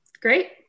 Great